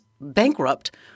bankrupt